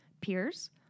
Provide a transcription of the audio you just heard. peers